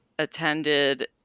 attended